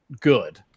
good